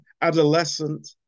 adolescent